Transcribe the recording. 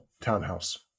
townhouse